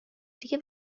دیگه